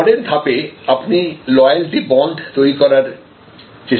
পরের ধাপে আপনি লয়ালটি বন্ড তৈরির চেষ্টা করুন